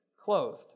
clothed